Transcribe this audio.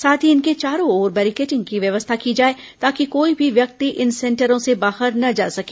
साथ ही इनके चारों ओर बैरेकेटिंग की व्यवस्था की जाए ताकि कोई भी व्यक्ति इन सेंटरों से बाहर न जा सके